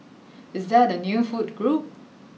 is that a new food group